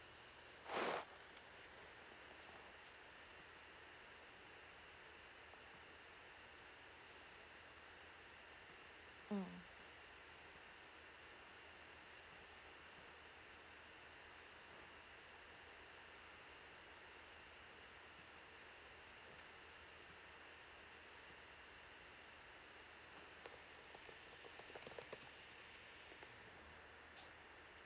mm